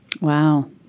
Wow